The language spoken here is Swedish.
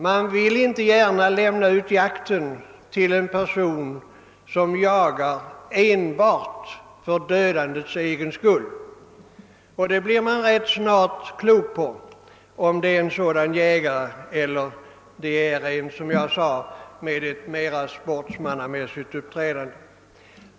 Man lämnar inte gärna ut jaktområden till en person som jagar enbart för dödandets egen' skull, och man får rätt snart klart för sig, om det är fråga om en sådan jägare eller om en jägare med mera sportsmannamässigt uppträdande.